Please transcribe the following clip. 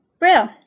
Real